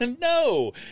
no